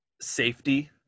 safety